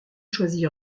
choisir